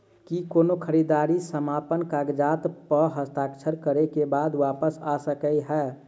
की कोनो खरीददारी समापन कागजात प हस्ताक्षर करे केँ बाद वापस आ सकै है?